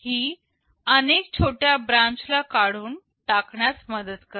ही अनेक छोट्या ब्रांचला काढून टाकण्यास मदत करते